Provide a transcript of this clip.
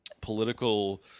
political